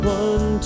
one